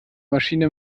maschine